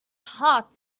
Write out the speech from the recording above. heart